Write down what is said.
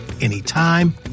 anytime